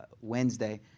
Wednesday